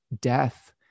death